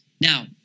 Now